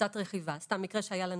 כי יש לו